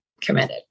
committed